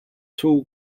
tall